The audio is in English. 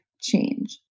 change